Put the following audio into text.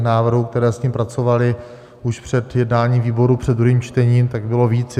Návrhů, které s tím pracovaly už před jednáním výborů před druhým čtením, bylo víc.